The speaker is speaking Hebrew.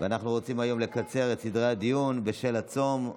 אנחנו רוצים היום לקצר את סדר-היום בשל הצום,